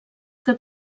que